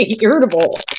irritable